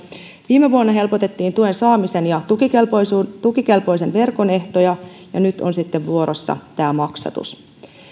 viime vuonna helpotettiin tuen saamisen ja tukikelpoisen tukikelpoisen verkon ehtoja ja nyt on sitten vuorossa tämä maksatus